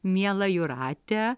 miela jūrate